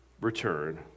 return